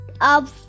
up